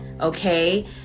okay